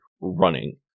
running